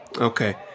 Okay